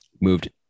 Moved